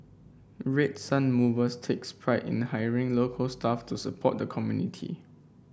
Red Sun Mover takes pride in hiring local staff to support the community